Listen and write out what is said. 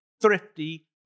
thrifty